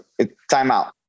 timeout